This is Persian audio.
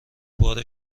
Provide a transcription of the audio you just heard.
بار